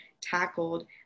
tackled